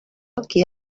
qui